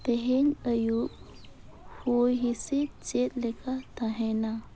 ᱛᱮᱦᱮᱧ ᱟᱹᱭᱩᱵ ᱦᱚᱭ ᱦᱤᱸᱥᱤᱫ ᱪᱮᱫ ᱞᱮᱠᱟ ᱛᱟᱦᱮᱱᱟ